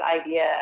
idea